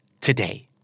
today